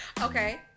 okay